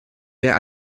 mehr